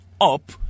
up